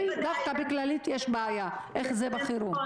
לבעיות פיזיות יש מגן דוד מותאם, מצוין.